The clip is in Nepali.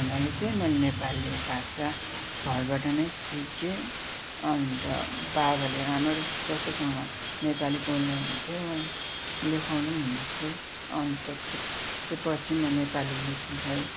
हुनाले चाहिँ मैले नेपाली भाषा घरबाट नै सिकेँ अन्त बाबाले आमाले स्पष्टसँग नेपाली बोल्नुहुन्थ्यो अनि लेखाउनु पनि हुन्थ्यो अनि त त्यो पछि म नेपाली लेख्न थालेँ